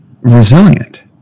Resilient